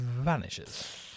vanishes